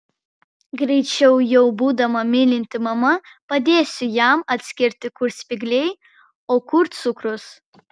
greičiau jau būdama mylinti mama padėsiu jam atskirti kur spygliai o kur cukrus